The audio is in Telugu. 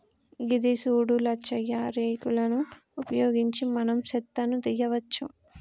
గిది సూడు లచ్చయ్య రేక్ లను ఉపయోగించి మనం సెత్తను తీయవచ్చు